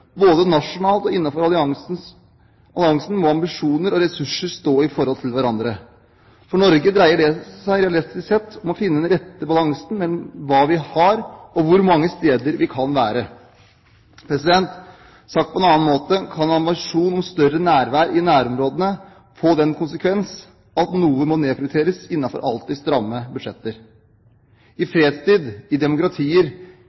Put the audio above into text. Både nasjonalt og innenfor alliansen må ambisjoner og ressurser stå i forhold til hverandre. For Norge dreier det seg realistisk sett om å finne den rette balansen mellom hva vi har, og hvor mange steder vi kan være. Sagt på en annen måte, kan ambisjonen om større nærvær i nærområdene få den konsekvens at noe må nedprioriteres innenfor alltid stramme budsjetter. I